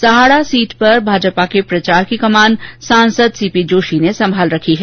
सहाड़ा सीट पर भाजपा के प्रचार की कमान सांसद सी पी जोशी ने संभाल रखी है